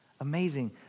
amazing